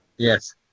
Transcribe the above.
Yes